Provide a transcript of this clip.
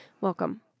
Welcome